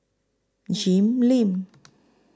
Jim Lim